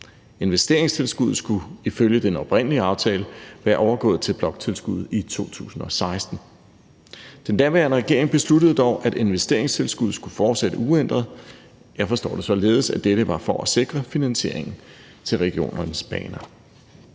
Investeringstilskuddet skulle ifølge den oprindelige aftale være overgået til bloktilskud i 2016. Den daværende regering besluttede dog, at investeringstilskuddet skulle fortsætte uændret. Jeg forstår det således, at dette var for at sikre finansieringen til regionernes baner.